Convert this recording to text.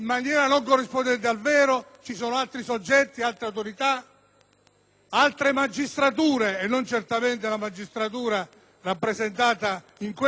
altre magistrature e non certamente la magistratura rappresentata in questo momento da noi senatori che possono eccepire,